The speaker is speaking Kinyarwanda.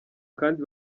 kandi